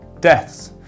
deaths